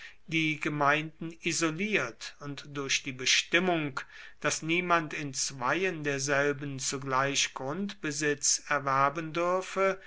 die gemeinden isoliert und durch die bestimmung daß niemand in zweien derselben zugleich grundbesitz erwerben dürfe